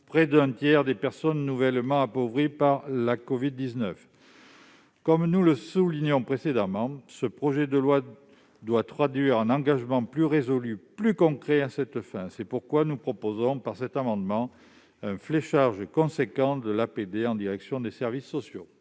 près d'un tiers des personnes nouvellement appauvries par la covid-19. Comme nous le soulignions précédemment, ce projet de loi doit traduire un engagement plus résolu et plus concret en la matière. C'est pourquoi nous proposons, par cet amendement, un fléchage d'une part importante de l'APD en direction des services sociaux